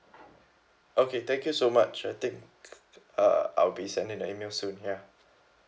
okay thank you so much I think uh I'll be sending the email soon ya